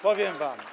Powiem wam.